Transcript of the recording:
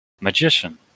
Magician